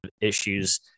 issues